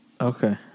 Okay